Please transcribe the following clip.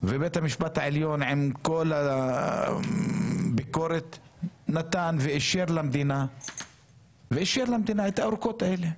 ובית המשפט העליון עם כל הביקורת נתן ואישר למדינה את האורכות האלה.